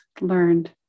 learned